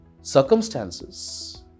circumstances